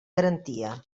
garantia